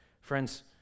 Friends